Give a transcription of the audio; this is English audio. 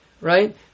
right